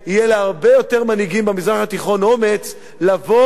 יהיה להרבה יותר מנהיגים במזרח התיכון אומץ לבוא,